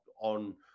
on